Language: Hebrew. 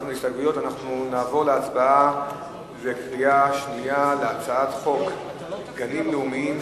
נעבור להצבעה בקריאה שנייה על הצעת חוק גנים לאומיים,